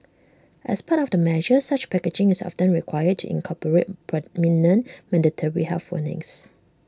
as part of the measure such packaging is often required to incorporate prominent mandatory health warnings